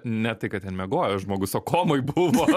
ne tai kad ten miegojo žmogus o komoj buvo